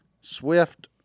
swift